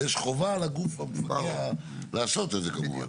אבל יש חובה לגוף לעשות את זה כמובן.